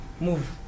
move